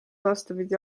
vastupidi